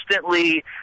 constantly